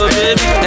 baby